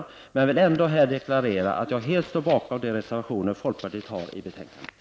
Men jag vill ändå här deklarera att jag helt står bakom de reservationer folkpartiet har fogat till betänkandet.